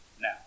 Now